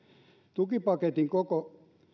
tukipaketin koko